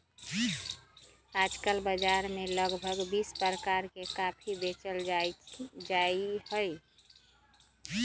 आजकल बाजार में लगभग बीस प्रकार के कॉफी बेचल जाहई